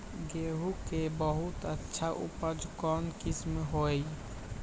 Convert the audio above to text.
गेंहू के बहुत अच्छा उपज कौन किस्म होई?